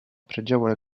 pregevole